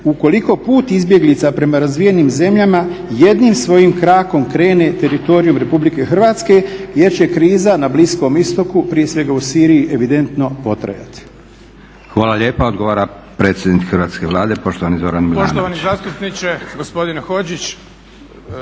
ukoliko put izbjeglica prema razvijenim zemljama jednim svojim krakom krene teritorijom Republike Hrvatske jer će kriza na Bliskom istoku, prije svega u Siriji evidentno potrajati.